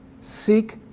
Seek